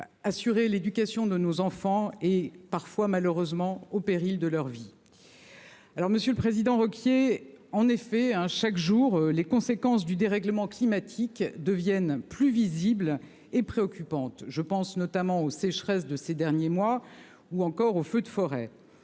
Assurer l'éducation de nos enfants et parfois malheureusement au péril de leur vie. Alors Monsieur le Président Ruquier en effet hein. Chaque jour, les conséquences du dérèglement climatique deviennent plus visibles et préoccupante. Je pense notamment aux sécheresses de ces derniers mois ou encore aux feux de forêt.